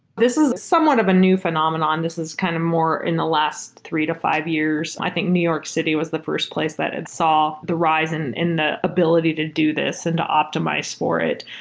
this is somewhat of a new phenomenon. this is kind of more in the last three to five years. i think new york city was the fi rst place that it saw the rise and the ability to do this and to optimize for it.